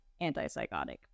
antipsychotic